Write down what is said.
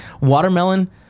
watermelon